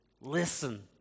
listen